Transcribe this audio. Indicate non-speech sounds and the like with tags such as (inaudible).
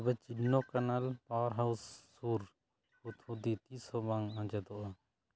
ᱛᱚᱵᱮ Chinnakanal power house ᱥᱩᱨ (unintelligible) ᱛᱤᱥᱦᱚᱸ ᱵᱟᱝ ᱟᱸᱡᱮᱫᱚᱜᱼᱟ